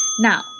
Now